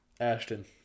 Ashton